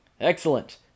Excellent